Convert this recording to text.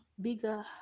bigger